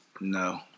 No